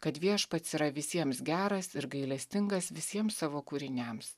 kad viešpats yra visiems geras ir gailestingas visiems savo kūriniams